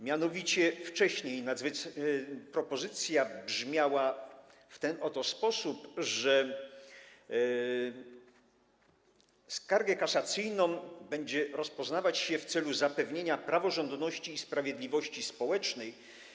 Mianowicie wcześniej propozycja brzmiała w ten oto sposób, że skargę kasacyjną będzie rozpoznawać się w celu zapewnienia praworządności i sprawiedliwości społecznej.